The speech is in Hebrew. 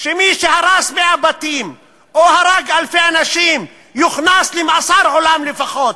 שמי שהרס 100 בתים או הרג אלפי אנשים יוכנס למאסר עולם לפחות,